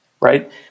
right